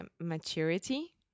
maturity